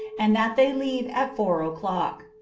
and that they leave at four o'clock.